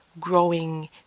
growing